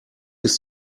ist